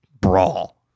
brawl